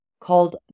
called